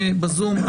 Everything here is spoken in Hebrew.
בזום.